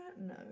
No